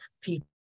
people